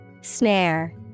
Snare